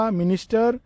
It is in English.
minister